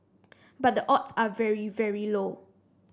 but the odds are very very low